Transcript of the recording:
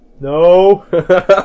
No